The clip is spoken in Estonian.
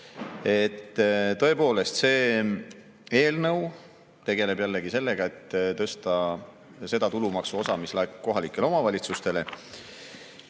Tõepoolest, see eelnõu tegeleb jällegi sellega, et tõsta seda tulumaksu osa, mis laekub kohalikele omavalitsustele. Nüüd